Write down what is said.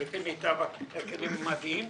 לפי מיטב הכלים המדעיים.